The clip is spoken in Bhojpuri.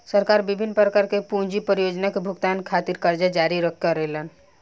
सरकार बिभिन्न प्रकार के पूंजी परियोजना के भुगतान खातिर करजा जारी करेले